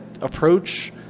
approach